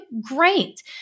great